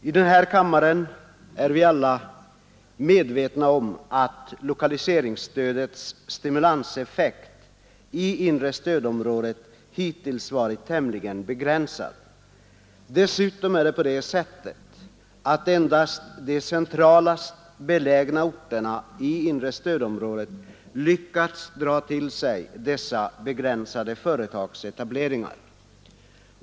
I den här kammaren är vi alla medvetna om att lokaliseringsstödets stimulanseffekt i inre stödområdet hittills varit tämligen begränsad. Dessutom är det endast de centralast belägna orterna i inre stödområdet som lyckas dra till sig dessa begränsade företagsetableringar.